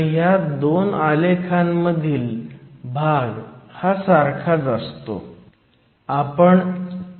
तर ह्या 2 आलेखांमधील भाग हा सारखाच असतो